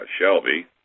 Shelby